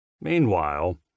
Meanwhile